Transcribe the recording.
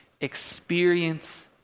experience